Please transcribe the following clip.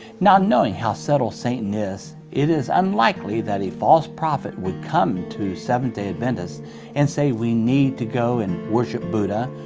now knowing how subtle satan is, it is unlikely that a false prophet would come to seventh-day adventists and say we need to go and worship buddha,